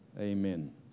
Amen